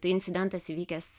tai incidentas įvykęs